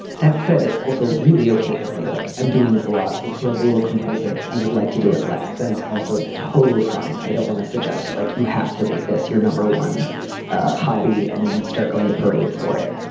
that said, it's also really ok to say, like, i'm doing this a lot. it feels a little compulsive. i would like to do it less. that is also totally fine. i don't want to suggest that, like, you have to make this your number one hobby and start going to parades for it.